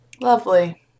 Lovely